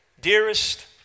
Dearest